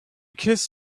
kiss